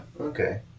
Okay